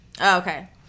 Okay